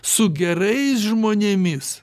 su gerais žmonėmis